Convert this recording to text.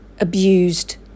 abused